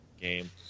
game